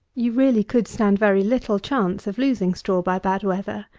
you really could stand very little chance of losing straw by bad weather.